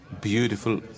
beautiful